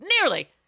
Nearly